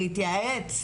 להתייעץ,